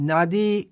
Nadi